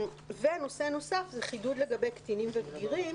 נושא נוסף הוא חידוד לגבי קטינים ובגירים.